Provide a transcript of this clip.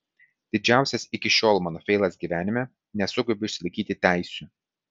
didžiausias iki šiol mano feilas gyvenime nesugebu išsilaikyti teisių